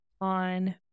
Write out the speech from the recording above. on